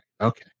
okay